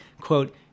quote